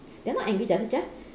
they are not angry they are just